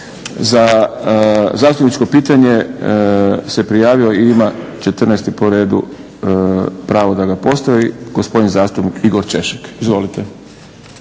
Za zastupničko pitanje se prijavio i ima 14 po redu pravo da ga postavi gospodin zastupnik Igor Češek. Izvolite.